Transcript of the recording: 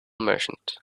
merchant